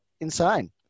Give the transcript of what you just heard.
insane